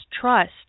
trust